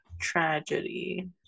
tragedy